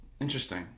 Interesting